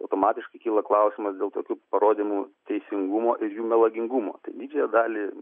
automatiškai kyla klausimas dėl tokių parodymų teisingumo ir jų melagingumo didžiąją dalį